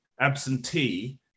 absentee